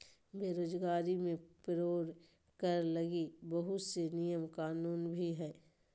बेरोजगारी मे पेरोल कर लगी बहुत से नियम कानून भी हय